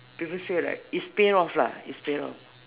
people say like it's paid off lah is paid off